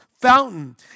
fountain